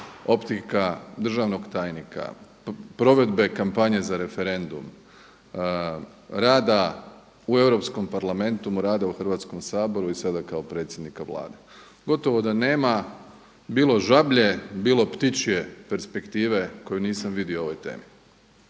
optika državnog tajnika, provedbe kampanje za referendum, rada u Europskom parlamentu, rada u Hrvatskom saboru i sada kao predsjednika Vlade. Gotovo da nema bilo žablje, bilo ptičje perspektive koju nisam vidio u ovoj temi.